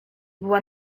była